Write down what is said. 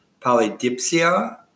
polydipsia